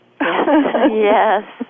Yes